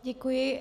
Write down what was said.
Děkuji.